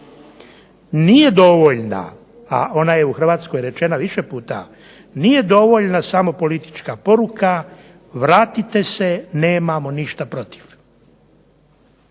Nije dovoljna, a ona je u Hrvatskoj rečena više puta, nije dovoljna samo politička poruka, vratite se, nemamo ništa protiv.